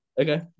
Okay